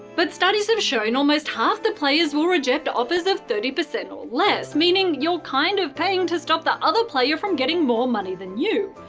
but studies have shown almost half the players will reject offers of thirty percent or less, meaning you're kind of paying to stop the other player from getting more money than you.